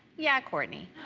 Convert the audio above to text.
yeah, kourtney.